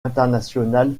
internationale